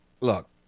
Look